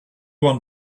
one